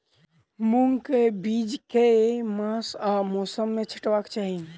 मूंग केँ बीज केँ मास आ मौसम मे छिटबाक चाहि?